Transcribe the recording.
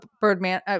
Birdman